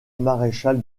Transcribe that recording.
maréchal